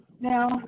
now